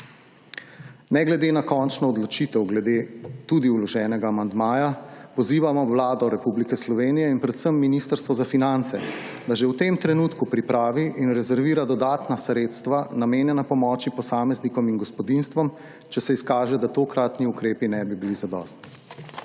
Ne glede na končno odločitev glede tudi vloženega amandmaja pozivamo Vlado Republike Slovenije in predvsem Ministrstvo za finance, da že v tem trenutku pripravi in rezervira dodatna sredstva namenjena pomoči posameznikom in gospodinjstvom, če se izkaže da tokratni ukrepi ne bi bili zadostni.